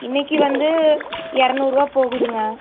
இன்றைக்கு வந்து இருநூறுவா போகுதுங்க